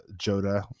joda